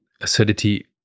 acidity